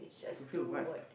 fulfil what